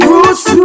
Roots